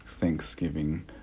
Thanksgiving